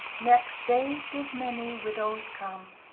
next day did many widowes come,